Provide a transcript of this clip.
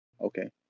Okay